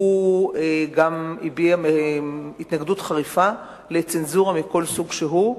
הוא גם הביע התנגדות חריפה לצנזורה מכל סוג שהוא,